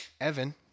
evan